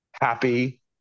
happy